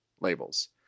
labels